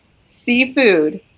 Seafood